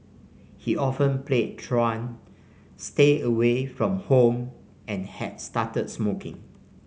he often played truant stayed away from home and had started smoking